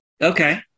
Okay